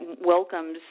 welcomes